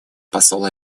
посол